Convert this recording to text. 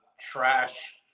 trash